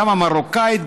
גם המרוקאית,